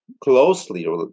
closely